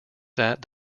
that